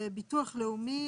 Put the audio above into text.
ביטוח לאומי,